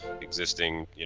existing